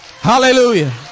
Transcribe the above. hallelujah